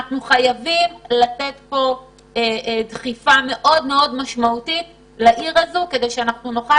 חייבים לתת דחיפה משמעותית ומידית כדי שנוכל